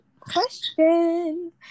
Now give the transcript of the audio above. question